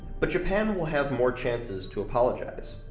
but japan will have more chances to apologize.